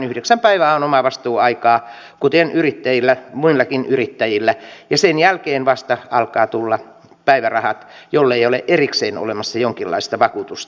yhdeksän päivää on omavastuuaikaa kuten muillakin yrittäjillä ja sen jälkeen vasta alkavat tulla päivärahat jollei ole erikseen olemassa jonkinlaista vakuutusta